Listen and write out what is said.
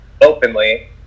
openly